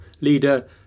leader